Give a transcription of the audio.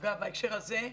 אגב, בהקשר הזה,